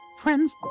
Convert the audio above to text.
Friends